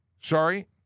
Sorry